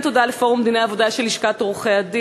כן תודה לפורום דיני עבודה של לשכת עורכי-הדין,